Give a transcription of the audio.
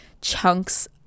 chunks